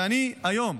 והיום,